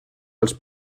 als